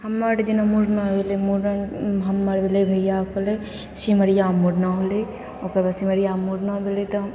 हमर जेना मुड़ना भेलै मूड़न हमर होलै भइआके होलै सिमरियामे मुड़ना होलै ओकर बाद सिमरियामे मुड़ना भेलै तऽ